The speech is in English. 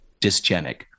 dysgenic